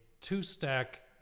two-stack